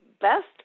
best